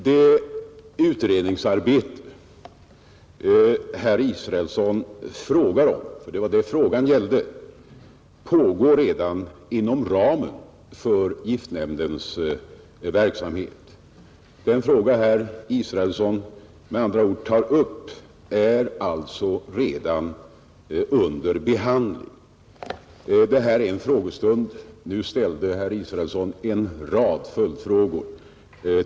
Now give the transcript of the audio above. Det utredningsarbete som herr Israelssons fråga gällde pågår redan inom ramen för giftnämndens verksamhet. Den fråga herr Israelsson tar upp är med andra ord redan under behandling. Det här är en frågestund. Nu ställde herr Israelsson en rad följd frågor.